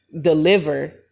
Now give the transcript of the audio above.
deliver